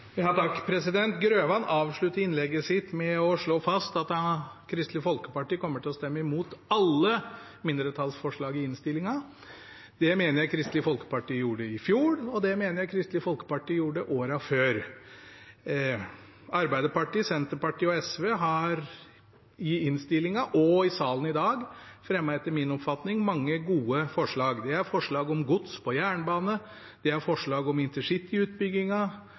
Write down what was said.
Grøvan avsluttet innlegget sitt med å slå fast at Kristelig Folkeparti kommer til å stemme imot alle mindretallsforslagene i innstillingen. Det mener jeg Kristelig Folkeparti gjorde i fjor, og det mener jeg Kristelig Folkeparti gjorde årene før. Arbeiderpartiet, Senterpartiet og SV har i innstillingen og i salen i dag fremmet – etter min oppfatning – mange gode forslag. Det er forslag om gods på jernbane, det er forslag om